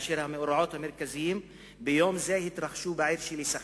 והמאורעות המרכזיים ביום זה התרחשו בעיר שלי סח'נין.